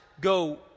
go